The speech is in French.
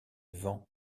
vent